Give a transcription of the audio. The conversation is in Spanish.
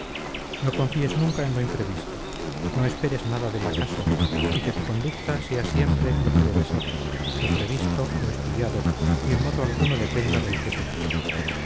no confíes nunca en lo imprevisto no esperes nada del acaso y que tu conducta sea siempre lo que debe ser lo previsto lo estudiado y en modo alguno dependa del qué será